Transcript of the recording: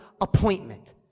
appointment